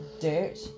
dirt